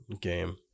game